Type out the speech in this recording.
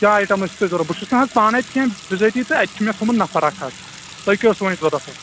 کیٛاہ ایٹما چھُ تۅہہِ ضروٗرت بہٕ چھُس نہَ حظ پانہٕ اتہِ کیٚنٛہہ بِذٲتی تہٕ اتہِ چھُ مےٚ تھوٚومت نفر اکھ حظ تۅہہِ کیٛاہ اوسوٕ وۅنۍ ضروٗرت حظ